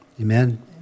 Amen